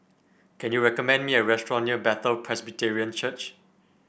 can you recommend me a restaurant near Bethel Presbyterian Church